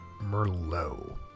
Merlot